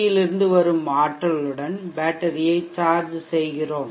யில் இருந்து வரும் ஆற்றலுடன் பேட்டரியை சார்ஜ் செய்கிறோம்